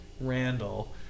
Randall